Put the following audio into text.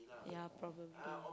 yeah probably